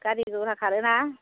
गारि घरा खारोना